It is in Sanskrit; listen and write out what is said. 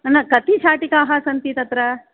न कति शाटिकाः सन्ति तत्र